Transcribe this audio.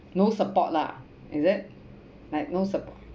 no support lah is it like no support